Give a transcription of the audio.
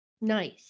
Nice